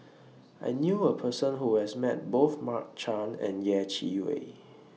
I knew A Person Who has Met Both Mark Chan and Yeh Chi Wei